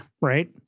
right